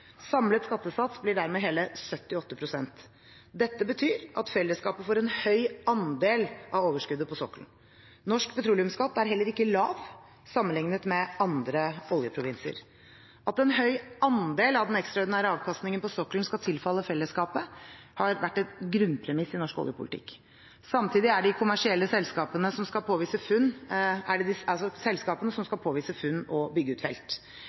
Samlet skattesats blir dermed hele 78 pst. Dette betyr at fellesskapet får en høy andel av overskuddet på sokkelen. Norsk petroleumsskatt er heller ikke lav sammenlignet med andre oljeprovinser. At en høy andel av den ekstraordinære avkastningen på sokkelen skal tilfalle fellesskapet, har vært et grunnpremiss i norsk oljepolitikk. Samtidig er det de kommersielle selskapene som skal påvise funn og bygge ut felt. Derfor må man også være lønnsom for selskapene etter skatt og